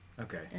Okay